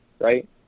right